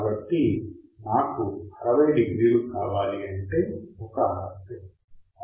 కాబట్టి నాకు 60 డిగ్రీలు కావాలంటే ఒక RC